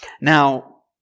Now